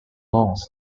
monks